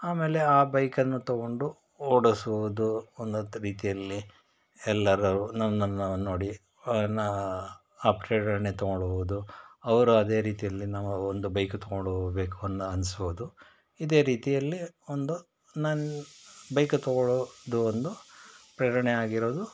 ಆಮೇಲೆ ಆ ಬೈಕನ್ನು ತಗೊಂಡು ಓಡಿಸುವುದು ಒಂದು ಅತ್ ರೀತಿಯಲ್ಲಿ ಎಲ್ಲರೂ ನನ್ನನ್ನು ನೋಡಿ ನಾ ಪ್ರೇರಣೆ ತೊಗೊಳ್ಳುವುದು ಅವರು ಅದೇ ರೀತಿಯಲ್ಲಿ ನಾವು ಒಂದು ಬೈಕ್ ತಗೊಂಡು ಹೋಗಬೇಕು ಒಂದು ಅನಿಸೋದು ಇದೇ ರೀತಿಯಲ್ಲಿ ಒಂದು ನನ್ನ ಬೈಕ್ ತಗೊಳೋದು ಒಂದು ಪ್ರೇರಣೆಯಾಗಿರೋದು